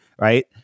right